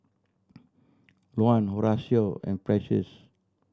Luann Horacio and Precious